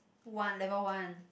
one level one